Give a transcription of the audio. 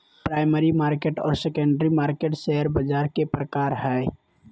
primary market आर secondary market share बाज़ार के प्रकार हइ